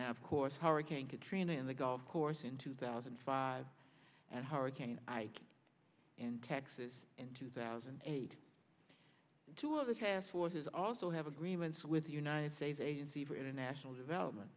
after course hurricane katrina and the golf course in two thousand and five and hurricane ike in texas in two thousand and eight two of the task forces also have agreements with the united states agency for international development